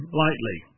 lightly